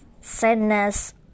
sadness